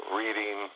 reading